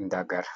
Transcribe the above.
indagara.